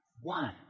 One